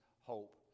hope